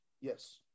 yes